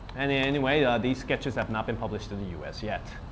and and anyway these sketches have not been published to the us yet.